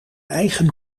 eigen